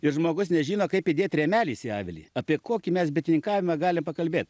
ir žmogus nežino kaip įdėt rėmelis į avilį apie kokį mes bitininkavimą galim pakalbėt